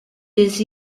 des